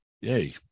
yay